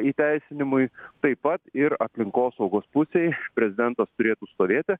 įteisinimui taip pat ir aplinkosaugos pusėj prezidentas turėtų stovėti